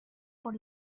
por